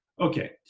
Okay